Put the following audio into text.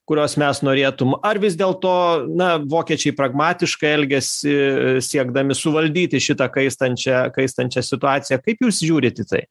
kurios mes norėtum ar vis dėl to na vokiečiai pragmatiškai elgiasi siekdami suvaldyti šitą kaistančią kaistančią situaciją kaip jūs žiūrit į tai